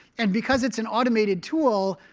and because it's an automated tool,